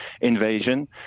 invasion